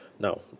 Now